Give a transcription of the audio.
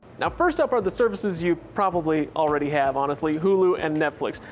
now first up are the services you probably already have honestly, hulu and netflix.